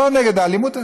לא נגד האלימות.